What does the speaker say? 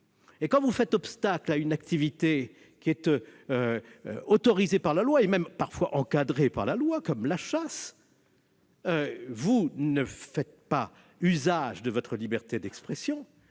Quand vous faites obstacle à une activité autorisée par la loi, voire encadrée par elle, comme la chasse, vous ne faites pas usage de votre liberté d'expression,